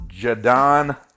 Jadon